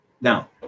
Now